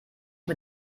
mit